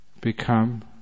become